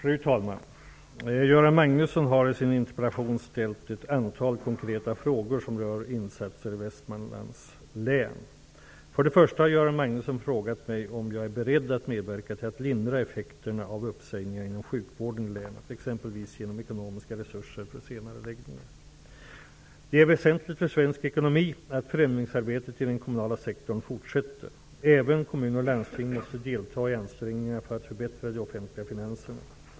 Fru talman! Göran Magnusson har i sin interpellation ställt ett antal konkreta frågor som rör insatser för Västmanlands län. För det första har Göran Magnusson frågat mig om jag är beredd att medverka till att lindra effekterna av uppsägningar inom sjukvården i länet, exempelvis genom ekonomiska resurser för senareläggningar. Det är väsentligt för svensk ekonomi att förändringsarbetet i den kommunala sektorn fortsätter. Även kommuner och landsting måste delta i ansträngningarna för att förbättra de offentliga finanserna.